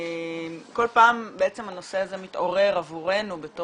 כל פעם הנושא הזה מתעורר עבורנו,